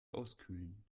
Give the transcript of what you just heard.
auskühlen